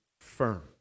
firm